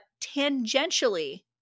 Tangentially